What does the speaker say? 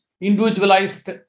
individualized